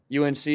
UNC